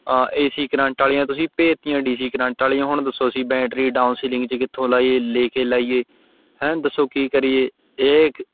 ਏ C current ਵਾਲੀਆਂ ਤੁਸੀਂ ਭੇਜਤੀਆਂ ਡੀ ਸੀ ਕਰੰਟ ਵਾਲੀਆਂ ਹੁਣ ਦੱਸੋ ਅਸੀਂ ਬੈਟਰੀ ਡਾਊਨ ਸੀਲਿੰਗ 'ਚ ਕਿੱਥੋਂ ਲਾਈਏ ਲੈ ਕੇ ਲਾਈਏ ਹੈਂ ਦੱਸੋ ਕੀ ਕਰੀਏ ਇਹ